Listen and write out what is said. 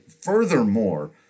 furthermore